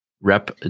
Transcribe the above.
Rep